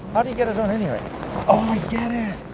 how do you get it on, anyway? oh, i get it.